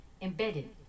embedded